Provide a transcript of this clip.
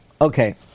Okay